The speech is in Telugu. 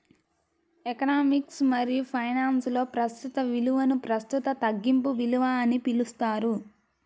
ఎకనామిక్స్ మరియుఫైనాన్స్లో, ప్రస్తుత విలువనుప్రస్తుత తగ్గింపు విలువ అని పిలుస్తారు